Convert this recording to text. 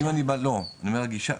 אני אומר גישה,